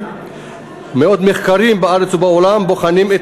מאות מחקרים בארץ ובעולם בוחנים את